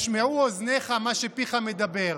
ישמעו אוזניך מה שפיך מדבר.